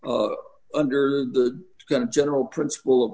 here under the kind of general principle of